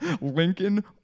Lincoln